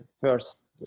first